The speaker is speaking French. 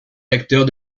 acteurs